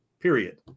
period